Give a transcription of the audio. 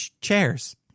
Chairs